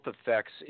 effects